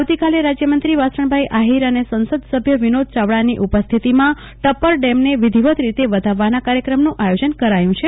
આવતીકાલે રાજયમંત્રી વાસણભાઈ આહીર અને સંસદ સભ્યો વિનોદ ચાવડાની ઉપરિથતિમાં ટપ્પર ડેમને વિધિવત રીતે વધાવવાનો કાર્યક્રમનું આયોજન કરાયું છે